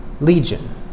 Legion